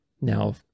Now